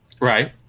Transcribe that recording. Right